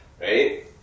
right